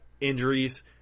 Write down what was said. injuries